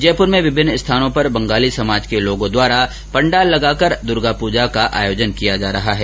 जयपूर में विभिन्न स्थानों पर बंगाली समाज के लोगों द्वारा पंडाल लगाकर दुर्गा पूजा का आयोजन किया जा रहा है